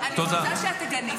אני רוצה שאת תגני.